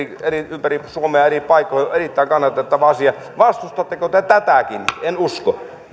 ympäri suomea eri paikkoihin on erittäin kannatettava asia vastustatteko te tätäkin en usko